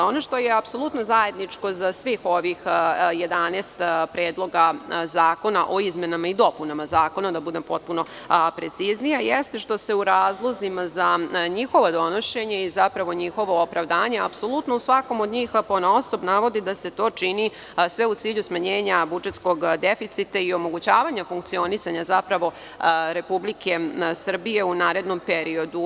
Ono što je apsolutno zajedničko za svih ovih 11 predloga zakona o izmenama i dopunama zakona, da budem potpuno precizan, jeste što se u razlozima za njihovo donošenje i zapravo njihovo opravdanje apsolutno u svakom od njih ponaosob navodi da se to čini sve u cilju smanjenja budžetskog deficita i omogućavanja funkcionisanja Republike Srbije u narednom periodu.